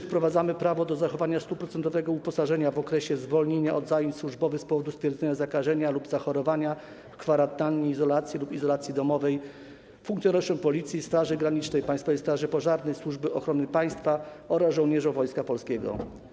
Wprowadzamy prawo do zachowania 100-procentowego uposażenia w okresie zwolnienia od zajęć służbowych z powodu stwierdzenia zakażenia lub zachorowania, kwarantanny, izolacji lub izolacji domowej w przypadku funkcjonariuszy Policji, Straży Granicznej, Państwowej Straży Pożarnej, Służby Ochrony Państwa oraz żołnierzy Wojska Polskiego.